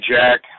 Jack